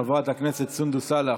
חברת הכנסת סונדוס סאלח,